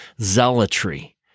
zealotry